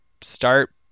start